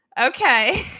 okay